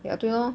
ya 对 lor